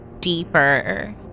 deeper